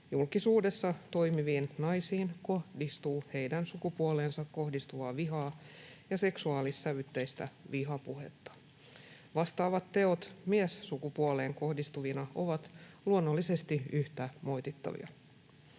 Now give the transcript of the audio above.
julkisuudessa toimiviin naisiin kohdistuu heidän sukupuoleensa kohdistuvaa vihaa ja seksuaalissävytteistä vihapuhetta. Vastaavat teot miessukupuoleen kohdistuvina ovat luonnollisesti yhtä moitittavia.